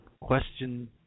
question